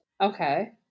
Okay